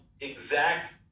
exact